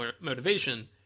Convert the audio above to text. motivation